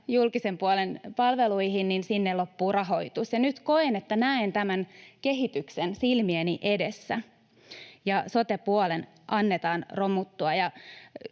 julkisen puolen palveluihin, niin sinne loppuu rahoitus, ja nyt koen, että näen tämän kehityksen silmieni edessä ja sote-puolen annetaan romuttua.